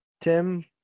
Tim